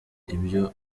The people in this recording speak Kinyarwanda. ibyo